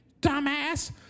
Dumbass